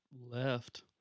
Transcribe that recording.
left